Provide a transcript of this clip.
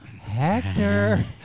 Hector